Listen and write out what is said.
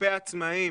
כלפי העצמאים,